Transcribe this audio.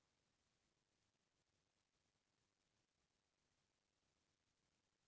गेहूँ के सिंचाई कतका दिन बाद करे ला पड़थे?